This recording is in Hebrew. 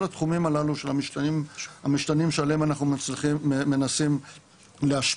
כל התחומים הללו המשתנים שעליהם אנחנו מנסים להשפיע.